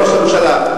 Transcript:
ראש הממשלה,